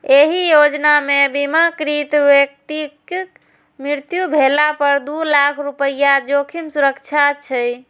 एहि योजना मे बीमाकृत व्यक्तिक मृत्यु भेला पर दू लाख रुपैया जोखिम सुरक्षा छै